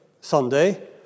Sunday